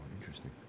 interesting